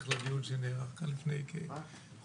זה דיון המשך לדיון שנערך לפני כחודשיים,